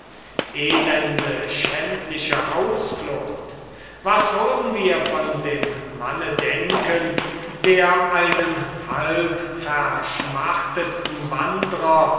elende schändliche ausflucht was würden wir von dem manne denken der einem halbverschmachtenden wandrer